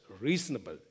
reasonable